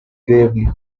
gravely